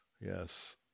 Yes